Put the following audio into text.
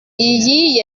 iyi